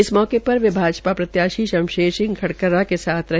इस मौके पर वे भाजपा प्रत्याशी शमशेर खड़करा के साथ रहे